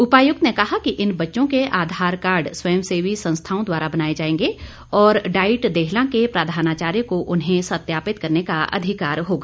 उपायुक्त ने कहा कि इन बच्चों के आधार कार्ड स्वयंसेवी संस्थाओं द्वारा बनाए जाएंगे और डाईट देहलां के प्रधानाचार्य को उन्हें सत्यापित करने का अधिकार होगा